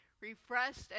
refreshed